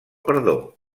perdó